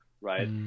right